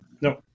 no